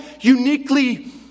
uniquely